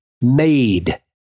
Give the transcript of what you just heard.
made